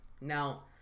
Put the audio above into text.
Now